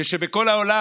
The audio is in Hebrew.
כשבכל העולם,